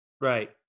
Right